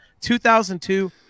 2002